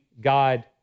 God